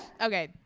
Okay